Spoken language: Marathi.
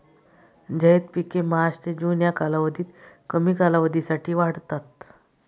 झैद पिके मार्च ते जून या कालावधीत कमी कालावधीसाठी वाढतात